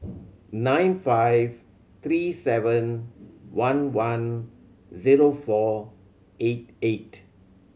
nine five three seven one one zero four eight eight